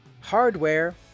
hardware